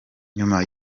nyuma